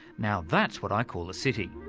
now that's what i call a city.